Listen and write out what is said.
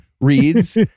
reads